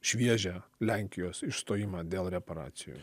šviežią lenkijos išstojimą dėl reparacijų